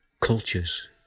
cultures